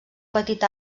petit